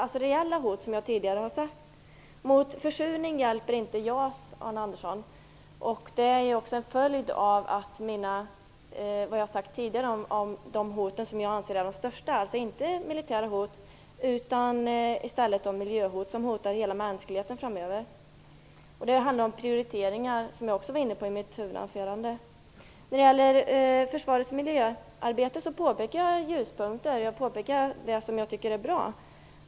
Det är reella hot, som jag tidigare har sagt. Jag har tidigare sagt vilka hot som jag anser är de största. Det är inte militära hot, utan i stället de miljöhot som framöver hotar hela mänskligheten. Det handlar om prioriteringar, som jag också berörde i mitt huvudanförande. När det gäller försvarets miljöarbete påpekade jag att det fanns ljuspunkter och nämnde det som jag tycker är bra.